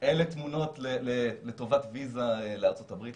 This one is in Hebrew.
לטובת ויזה לארצות-הברית,